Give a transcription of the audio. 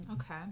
okay